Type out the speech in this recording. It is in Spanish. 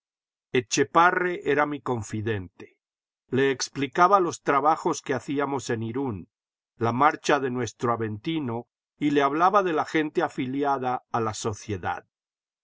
etchepare era mi confidente le explicaba los trabajos que hacíamos en irún la marcha de nuestro aventino y le hablaba de la gente afiliada a la sociedad